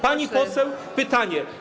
Pani poseł, pytanie.